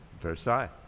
Versailles